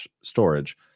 storage